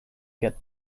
get